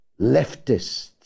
leftists